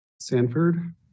Sanford